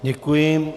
Děkuji.